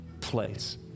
place